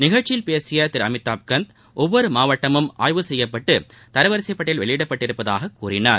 நிகழ்ச்சியில் பேசிய திரு அமிதாப்காந்த் ஒவ்வொரு மாவட்டமும் ஆய்வு செய்யப்பட்டு தரவரிசைப்பட்டியல் வெளியிடப்பட்டுள்ளதாக கூறினார்